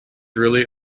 really